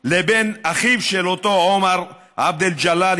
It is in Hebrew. לבין אחיו של אותו עומר עבד אל ג'ליל,